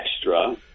extra